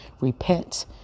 repent